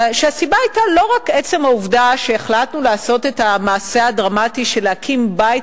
הסיבה היתה לא רק עצם העובדה שהחלטנו לעשות את המעשה הדרמטי של הקמת בית